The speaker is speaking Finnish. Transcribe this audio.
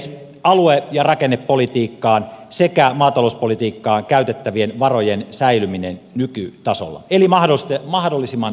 hallituksen on turvattava alue ja rakennepolitiikkaan sekä maatalouspolitiikkaan käytettävien varojen säilyminen nykytasolla eli mahdollisimman suuri saanto